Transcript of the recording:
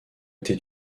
été